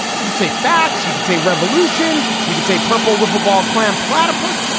you could say facts. you could say revolution. you could say purple, wiffle ball, clam, platypus.